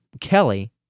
Kelly